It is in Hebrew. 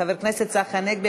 חבר הכנסת צחי הנגבי,